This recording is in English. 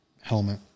helmet